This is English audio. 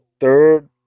third